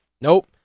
Nope